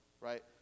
right